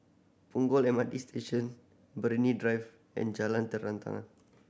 Punggol M R T Station Drive and Jalan Terentang